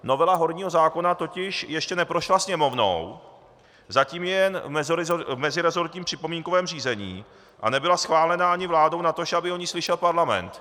Novela horního zákona totiž ještě neprošla Sněmovnou, zatím je jen v meziresortním připomínkovém řízení a nebyla schválena ani vládou, natož aby o ní slyšel parlament.